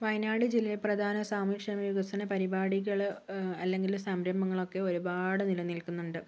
വയനാട് ജില്ലയിൽ പ്രധാന സാമൂഹ്യക്ഷേമ വികസന പരിപാടികൾ അല്ലെങ്കിൽ സംരംഭങ്ങളൊക്കെ ഒരുപാട് നിലനിൽക്കുന്നുണ്ട്